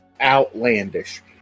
outlandish